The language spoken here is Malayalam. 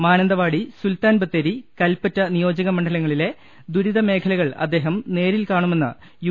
മാനന്ത വാടി സുൽത്താൻ ബത്തേരി കല്പറ്റ നിയോജക മണ്ഡലങ്ങളിലെ ദുരിത മേഖലകൾ അദ്ദേഹം നേരിൽ കാണുമെന്ന് യു